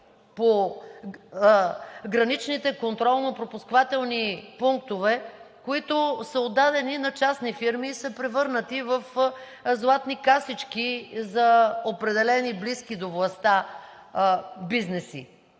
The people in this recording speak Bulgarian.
по граничните контролно-пропускателни пунктове, които са отдадени на частни фирми и са превърнати в златни касички за определени близки до властта бизнеси.